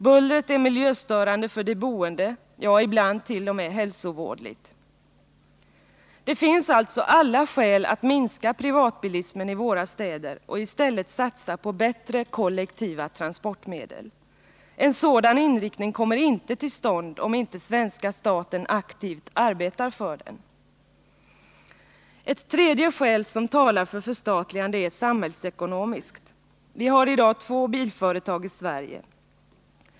Bullret är miljöstörande för de boende, ja, ibland t.o.m. hälsovådligt. Det finns alltså alla skäl att minska privatbilismen i våra städer och i stället satsa på bättre kollektiva transportmedel. En sådan inriktning kommer inte till stånd om inte svenska staten aktivt arbetar för den. Ett andra skäl som talar för förstatligande är samhällsekonomiskt. Vi har i dag två bilföretag i Sverige.